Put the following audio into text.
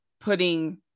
putting